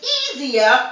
easier